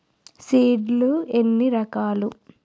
Seed లు ఎన్ని రకాలు?